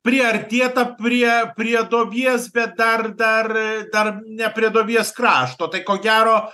priartėta prie prie duobės bet dar dar dar ne prie duobės krašto tai ko gero